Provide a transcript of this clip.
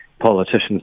politicians